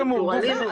של פלורליזם.